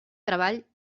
treball